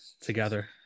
together